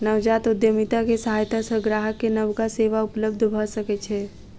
नवजात उद्यमिता के सहायता सॅ ग्राहक के नबका सेवा उपलब्ध भ सकै छै